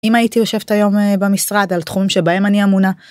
אם הייתי יושבת היום במשרד על תחומים שבהם אני אמונה.